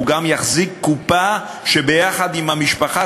הוא גם יחזיק קופה שביחד עם המשפחה,